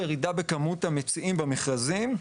בכמות המציעים במכרזים,